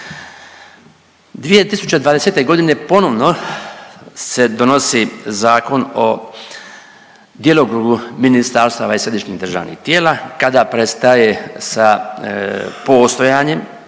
2020. godine ponovno se donosi Zakon o djelokrugu ministarstava i središnjih državnih tijela kada prestaje sa postojanjem